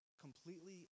completely